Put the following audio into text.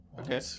Okay